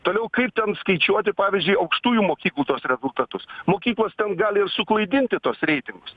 toliau kaip ten skaičiuoti pavyzdžiui aukštųjų mokyklų tuos rezultatus mokyklos ten gali ir suklaidinti tuos reitingus